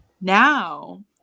Now